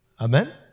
Amen